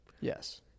Yes